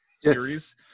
series